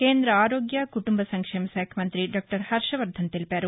కేంద్రద ఆరోగ్య కుటుంబ సంక్షేమ శాఖ మంఁతి డాక్టర్ హర్వవర్గన్ తెలిపారు